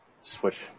switch